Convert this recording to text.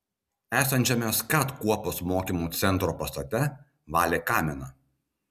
esančiame skat kuopos mokymo centro pastate valė kaminą